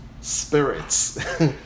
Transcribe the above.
spirits